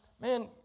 man